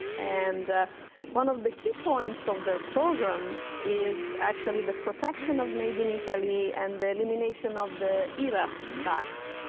and one of the key points of their program is actually the protection of made in italy and the elimination of the europe tax.